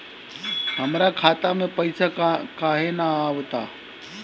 हमरा खाता में पइसा काहे ना आव ता?